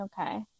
Okay